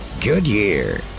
Goodyear